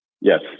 Yes